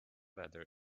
weather